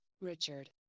Richard